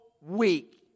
week